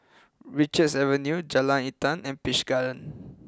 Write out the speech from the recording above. Richards Avenue Jalan Intan and Peach Garden